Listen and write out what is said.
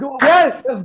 Yes